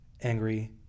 angry